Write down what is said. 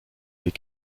des